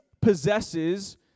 possesses